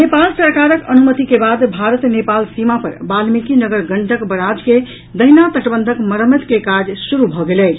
नेपाल सरकारक अनुमति के बाद भारत नेपाल सीमा पर वाल्मिकी नगर गंडक बराज के दाहिना तटबंधक मरम्मति के काज शुरू भऽ गेल अछि